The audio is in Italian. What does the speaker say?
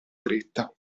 fretta